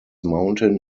mountain